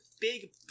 big